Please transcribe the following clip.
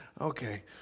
Okay